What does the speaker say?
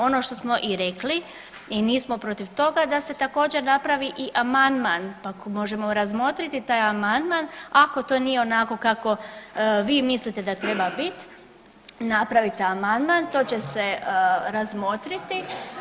Ono što smo i rekli i nismo protiv toga da se također napravi i amandman, pa ako možemo razmotriti taj amandman ako to nije onako kako vi mislite da treba biti, napravite amandman, to će se razmotriti.